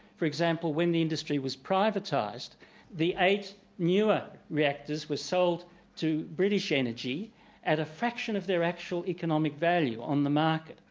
for example when the industry was privatised the eight newer reactors were sold to british energy at a fraction of their actual economic value on the market.